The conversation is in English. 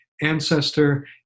ancestor